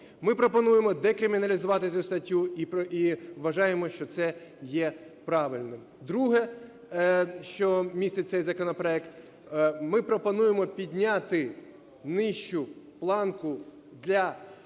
Ми пропонуємо декриміналізувати цю статтю і вважаємо, що це є правильним. Друге, що містить цей законопроект, ми пропонуємо підняти нижчу планку для